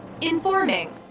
Informing